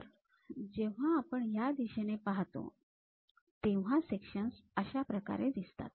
तर जेव्हा आपण या दिशेने पाहतो तेव्हा सेक्शन्स अशा प्रकारे दिसतात